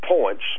points